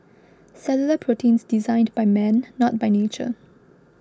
cellular proteins designed by man not by nature